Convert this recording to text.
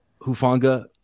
Hufanga